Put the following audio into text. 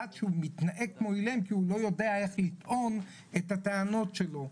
שמתנהג כאילם כי הוא יודע איך לטעון את הטענות שלו,